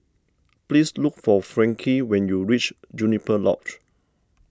please look for Frankie when you reach Juniper Lodge